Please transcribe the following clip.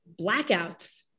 blackouts